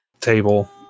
table